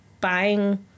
buying